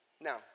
Now